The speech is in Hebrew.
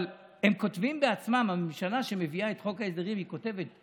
אבל הממשלה שמביאה את חוק ההסדרים כותבת: